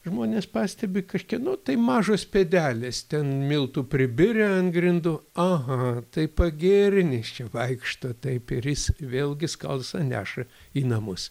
žmonės pastebi kažkieno tai mažos pėdelės ten miltų pribirę ant grindų aha tai pagirnis čia vaikšto taip ir jis vėlgi skalsą neša į namus